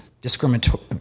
discriminatory